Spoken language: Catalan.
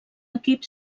equip